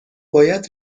باید